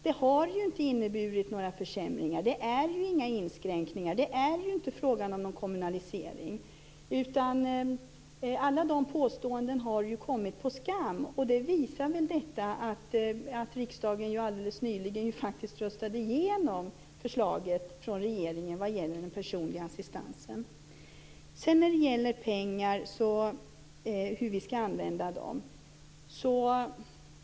Det har ju inte inneburit några försämringar. Det har inte skett några inskränkningar. Det är inte fråga om någon kommunalisering. Alla de påståendena har kommit på skam, och det visar väl detta att riksdagen alldeles nyligen faktiskt röstade igenom förslaget från regeringen vad gäller den personliga assistansen. Så till frågan om pengar och om hur vi skall använda dem.